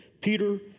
Peter